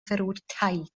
verurteilt